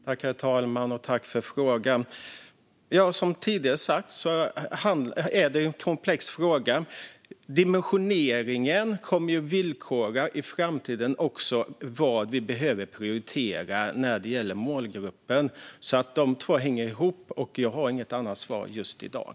Herr talman! Tack, ledamoten, för frågan! Som tidigare sagts är detta en komplex fråga. Dimensioneringen kommer i framtiden att villkora vad vi behöver prioritera när det gäller målgruppen; dessa två hänger alltså ihop. Jag har inget annat svar just i dag.